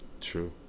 True